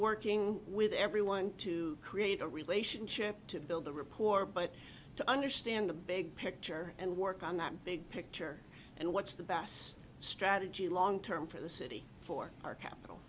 working with everyone to create a relationship to build the report but to understand the big picture and work on that big picture and what's the best strategy long term for the city for our capital